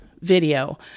video